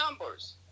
numbers